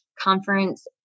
conference